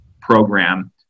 program